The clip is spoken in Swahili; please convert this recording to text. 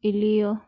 iliyo.